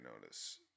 notice